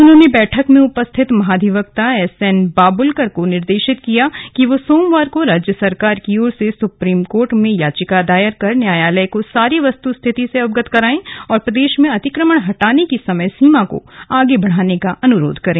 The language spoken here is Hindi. उन्होंने बैठक में उपस्थित महाधिवक्ता एसएन बाबुलकर को निर्देशित किया कि वे सोमवार को राज्य सरकार की ओर से सुप्रीम कोर्ट में याचिका दायर कर न्यायालय को सारी वस्तुस्थिति से अवगत कराएं और प्रदेश में अतिक्रमण हटाने की समय सीमा को आगे बढ़ाने का अनुरोध करें